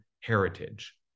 heritage